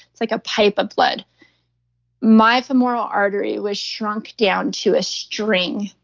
it's like a pipe of blood my femoral artery was shrunk down to a string.